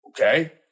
Okay